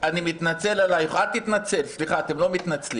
אני מתנצל, אל תתנצל, סליחה, אתם לא מתנצלים.